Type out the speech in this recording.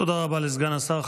היושב-ראש,